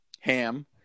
Ham